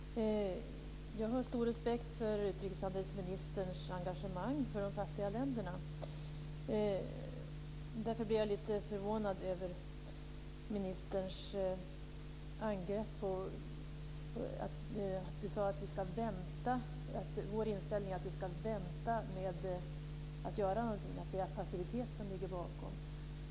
Herr talman! Jag har stor respekt för utrikeshandelsministerns engagemang för de fattiga länderna. Därför blev jag lite förvånad över ministerns angrepp. Han sade att vår inställning är att vi ska vänta med att göra någonting och att det är passivitet som ligger bakom.